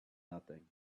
nothing